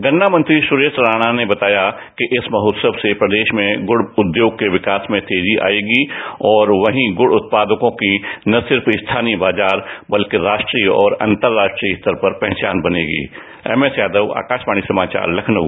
गन्ना मंत्री सुरेश राणा ने बताया कि इस महोत्सव से प्रदेश में गुड़ रद्वोग के विकास में तेजी आएगी वही गुड उत्पादकों की न सिर्फ स्थानीय बाजार बल्कि राष्ट्रीय और अंतरराष्ट्रीय स्तर पर भी पहचान बनेगी एम एस यादव आकाशवाणी समाचार लखनउ